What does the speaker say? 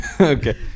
Okay